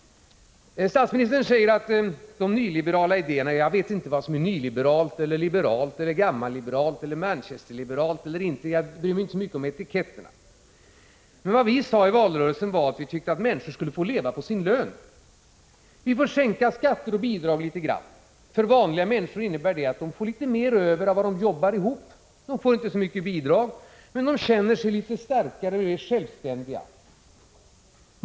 Statsministern sade någonting om de nyliberala idéerna. Jag vet inte vad som är nyliberalt, liberalt, gammalliberalt, Manchesterliberalt eller inte, jag bryr mig inte så mycket om etiketterna, men vad vi sade i valrörelsen var att vi tyckte att människor skulle få leva på sin lön. Vi får sänka skatter och bidrag litet grand. För vanliga människor innebär det att de får litet mer över av vad de jobbar ihop. De får inte så mycket bidrag, men de känner sig litet starkare och är självständiga.